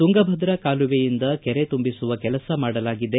ತುಂಗಭದ್ರ ಕಾಲುವೆಯಿಂದ ಕೆರೆ ತುಂಬಿಸುವ ಕೆಲಸ ಮಾಡಲಾಗಿದೆ